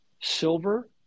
Silver